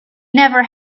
never